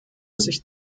sicht